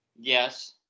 Yes